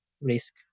risk